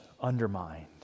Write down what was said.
undermined